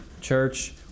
church